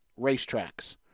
racetracks